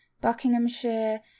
Buckinghamshire